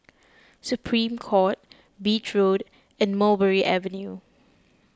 Supreme Court Beach Road and Mulberry Avenue